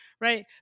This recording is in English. Right